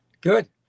Good